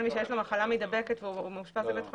מי שלמשל יש לו מחלה מדבקת והוא מאושפז בבית חולים,